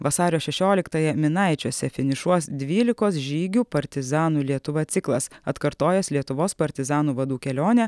vasario šešioliktąją minaičiuose finišuos dvylikos žygių partizanų lietuva ciklas atkartojęs lietuvos partizanų vadų kelionę